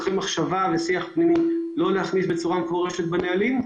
אחרי מחשבה ושיח פנימי החלטנו לא להכניס את זה בצורה מפורשת בנהלים,